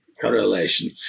Correlation